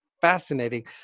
fascinating